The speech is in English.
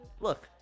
look